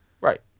Right